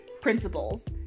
Principles